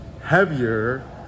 heavier